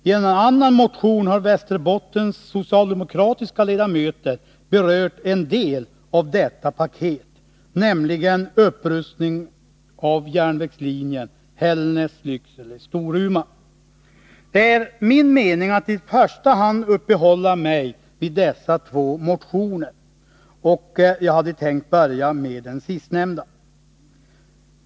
I en annan motion har Västerbottens socialdemokratiska ledamöter berört en del av detta paket, nämligen upprustning av järnvägslinjen Hällnäs-Lycksele-Storuman. Det är min mening att i första hand uppehålla mig vid dessa två motioner, och jag hade tänkt börja med den sistnämnda.